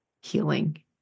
healing